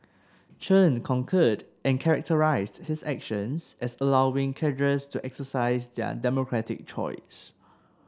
Chen concurred and characterised his actions as allowing cadres to exercise their democratic choice